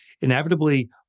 Inevitably